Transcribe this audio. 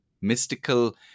mystical